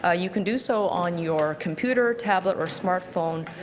ah you can do so on your computer, tablet or smart phone.